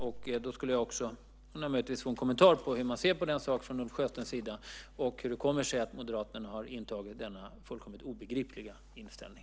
Jag skulle möjligtvis få en kommentar om hur Ulf Sjösten ser på saken och hur det kommer sig att Moderaterna har intagit denna fullkomligt obegripliga inställning.